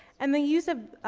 and the use of,